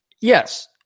Yes